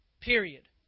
Period